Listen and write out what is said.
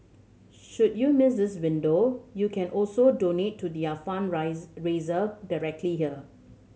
should you miss this window you can also donate to their directly here